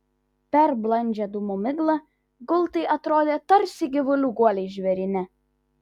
per blandžią dūmų miglą gultai atrodė tarsi gyvulių guoliai žvėryne